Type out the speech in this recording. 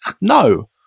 No